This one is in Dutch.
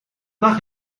dag